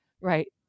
Right